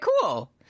cool